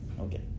Okay